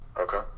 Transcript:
Okay